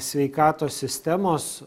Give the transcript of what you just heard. sveikatos sistemos